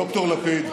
ד"ר לפיד,